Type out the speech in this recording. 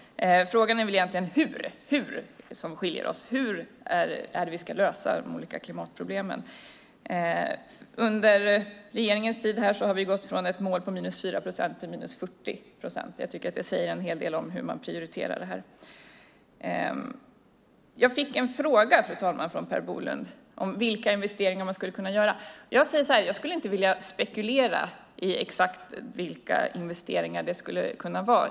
Frågan som skiljer oss är hur vi ska lösa de olika klimatproblemen. Under regeringens tid har vi gått från ett mål på 4 procent till 40 procent. Jag tycker att det säger en hel del om hur klimatfrågan prioriteras. Jag fick en fråga, fru talman, från Per Bolund om vilka investeringar man skulle kunna göra. Jag säger så här: Jag skulle inte vilja spekulera i exakt vilka investeringar det skulle kunna vara.